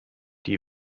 die